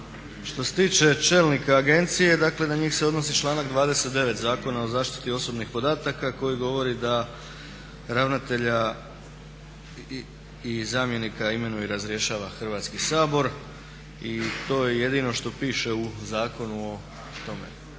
Što se tiče agencije, dakle na njih se odnosi članak 29. Zakona o zaštiti osobnih podataka koji govori da ravnatelja i zamjenika imenuje i razrješava Hrvatski sabor i to je jedino što piše u zakonu o tome.